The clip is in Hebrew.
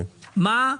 מה,